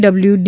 W D